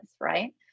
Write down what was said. right